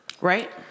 Right